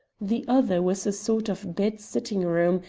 the other was a sort of bed-sitting-room,